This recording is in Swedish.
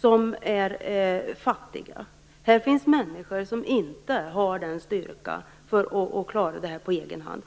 som är fattiga. Där finns människor som inte har styrkan att klara sig på egen hand.